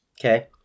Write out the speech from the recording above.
okay